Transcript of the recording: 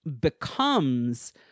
becomes